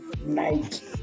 night